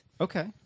Okay